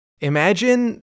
Imagine